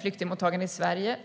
flyktingmottagande i Sverige.